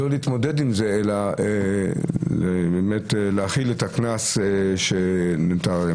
לא להתמודד עם זה אלא באמת להכיל את הקנס שמוטל עליהם,